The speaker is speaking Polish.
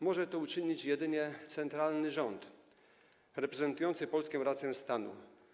Może to uczynić jedynie centralny rząd reprezentujący polską rację stanu.